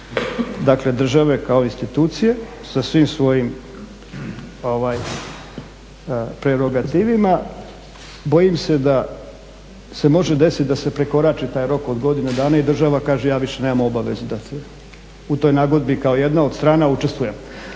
dakle države kao institucije sa svim svojim prerogativima bojim se da se može desiti da se prekorači taj rok od godine dana i država kaže ja više nemam obavezu dati u toj nagodbi kao jedna od strana učestvujem.